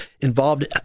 involved